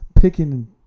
picking